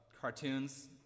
cartoons